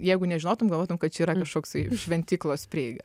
jeigu nežinotum galvotum kad čia yra kažkoksai šventyklos prieiga